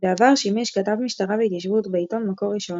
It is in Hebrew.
בעבר שימש כתב משטרה והתיישבות בעיתון "מקור ראשון",